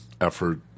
effort